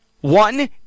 one